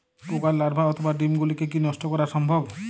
পোকার লার্ভা অথবা ডিম গুলিকে কী নষ্ট করা সম্ভব?